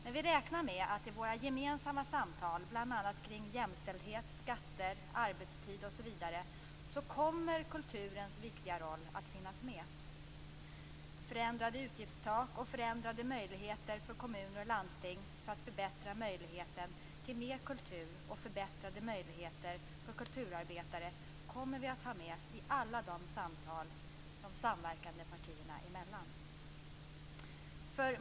Men vi räknar med att i våra gemensamma samtal bl.a. kring jämställdhet, skatter, arbetstid, osv. kommer kulturens viktiga roll att finnas med. Förändrade utgiftstak och förändrade möjligheter för kommuner och landsting för att förbättra möjligheten till mer kultur och ge förbättrade möjligheter för kulturarbetare kommer vi att ha med i alla samtal de samverkande partierna emellan.